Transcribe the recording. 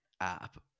app